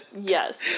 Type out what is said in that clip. Yes